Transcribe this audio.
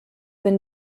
been